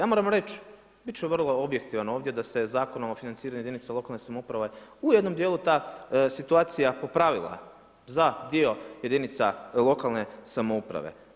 Ja moram reći, bit ću vrlo objektivan ovdje, da se Zakonom o financiranju jedinica lokalne samouprave u jednom dijelu ta situacija popravila za dio jedinica lokalne samouprave.